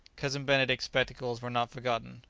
cousin benedict's spectacles were not forgotten,